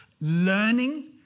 learning